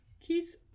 Kids